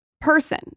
person